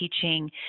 teaching